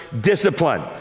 discipline